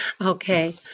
Okay